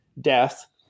death